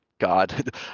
god